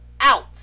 out